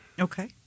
Okay